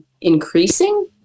increasing